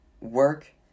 work